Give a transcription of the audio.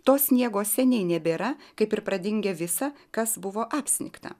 to sniego seniai nebėra kaip ir pradingę visą kas buvo apsnigta